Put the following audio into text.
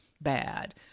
bad